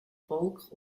folk